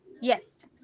Yes